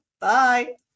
Bye